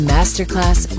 Masterclass